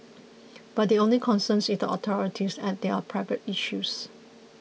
but the only concern is the authorities as there are privacy issues